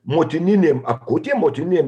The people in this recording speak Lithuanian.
motininėm akutėm motininėm